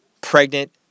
pregnant